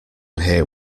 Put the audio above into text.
here